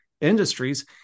industries